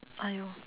!aiyo!